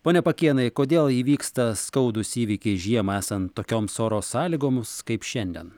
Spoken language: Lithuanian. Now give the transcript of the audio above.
pone pakėnai kodėl įvyksta skaudūs įvykiai žiemą esant tokioms oro sąlygoms kaip šiandien